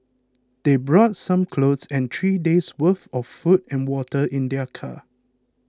they brought some clothes and three days worth of food and water in their car